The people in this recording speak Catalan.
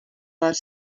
dels